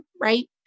right